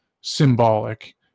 symbolic